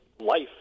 life